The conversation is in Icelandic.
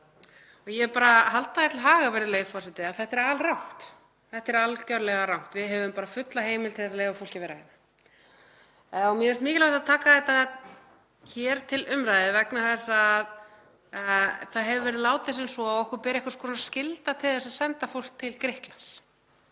Ég vil bara halda því til haga, virðulegi forseti, að þetta er alrangt. Þetta er algerlega rangt. Við höfum fulla heimild til þess að leyfa fólki að vera hérna. Mér finnst mikilvægt að taka þetta hér til umræðu vegna þess að það hefur verið látið sem svo að okkur beri einhvers konar skylda til þess að senda fólk til Grikklands.